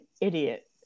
idiot